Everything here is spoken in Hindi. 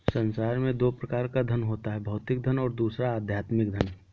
संसार में दो प्रकार का धन होता है भौतिक धन और दूसरा आध्यात्मिक धन